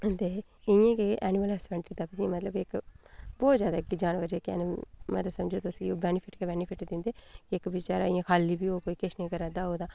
ते इ'नें गी कि ऐनिमसल हसबैंडरी दा इनें ई मतलब इक बहुत जैदा जानवर जेह्के न मतलब समझो तुसें ई ओह् बेनीफिट गै बेनीफिट दिंदे इक बचैरा इ'यां खाल्ली बी होग कोई किश निं करै दा होग तां